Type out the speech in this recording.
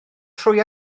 trwy